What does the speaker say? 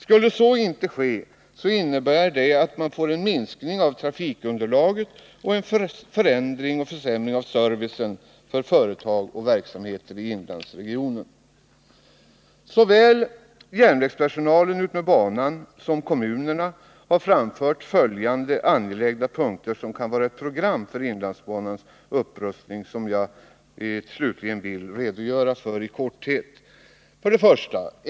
Om man inte gör på detta sätt innebär det en minskning av trafikunderlaget och en försämrad service för företag och verksamheter i inlandsregionen. Såväl järnvägspersonalen utmed banan som kommunerna har framfört följande angelägna punkter som kan vara ett program för inlandsbanans upprustning och som jag slutligen i korthet vill redogöra för: 1.